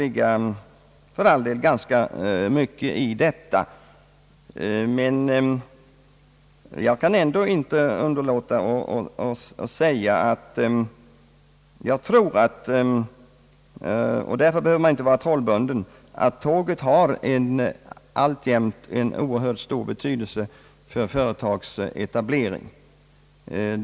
Det kan för all del ligga ganska mycket i det, men jag kan ändå inte underlåta att säga att jag tror — man behöver inte vara trollbunden för att säga det — att tåget alltjämt har en oerhört stor betydelse för företagsetableringen.